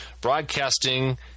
broadcasting